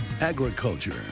Agriculture